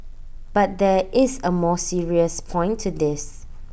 but there is A more serious point to this